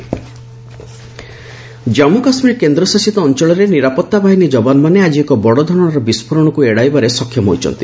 blast ଆଭଟେଡ୍ ଜାମ୍ମକାଶ୍ମୀର କେନ୍ଦ୍ରଶାସିତ ଅଞ୍ଚଳରେ ନିରାପତ୍ତାବାହିନୀ ଯବାନମାନେ ଆଜି ଏକ ବଡଧରଣର ବିସ୍ଫୋରଣକୁ ଏଡାଇବାରେ ସକ୍ଷମ ହୋଇଛନ୍ତି